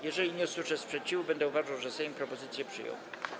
Jeżeli nie usłyszę sprzeciwu, będę uważał, że Sejm propozycje przyjął.